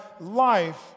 life